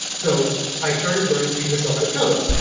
so i started learning teaching myself how to code.